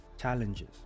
challenges